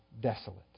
desolate